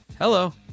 Hello